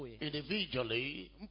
individually